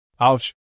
Ouch